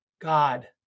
God